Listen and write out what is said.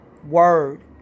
word